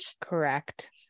correct